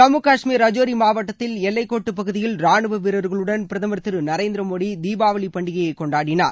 ஜம்மு காஷ்மீர் ரஜோரி மாவட்டத்தில் எல்லைக்கோட்டுப் பகுதியில் ராணுவ வீரர்களுடன் பிரதமர் திரு நரேந்திரமோடி தீபாவளி பண்டிகையை கொண்டாடினார்